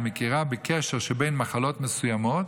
המכירה בקשר שבין מחלות מסוימות